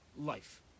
life